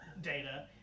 data